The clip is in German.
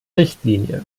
richtlinie